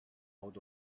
out